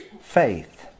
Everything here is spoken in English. faith